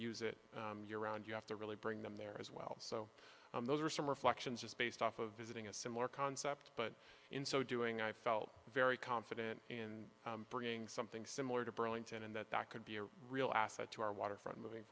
use it year round you have to really bring them there as well so those are some reflections just based off of visiting a similar concept but in so doing i felt very confident in bringing something similar to burlington and that that could be a real asset to our waterfront moving